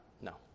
No